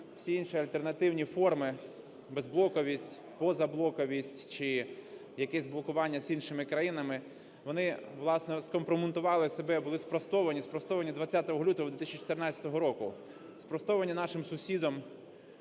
Всі інші альтернативні форми, безблоковість, позаблоковість чи якесь блокування з іншими країнами, вони власне скомпрометували себе, були спростовані, спростовані 20 лютого 2014 року, спростовані нашим сусідом